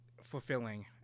fulfilling